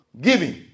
Giving